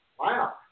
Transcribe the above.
Wow